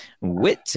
Wit